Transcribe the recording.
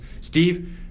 Steve